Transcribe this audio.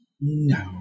no